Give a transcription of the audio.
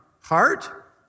Heart